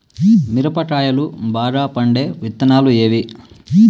మిరప కాయలు బాగా పండే విత్తనాలు ఏవి